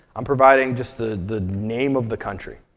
i'm providing just the the name of the country.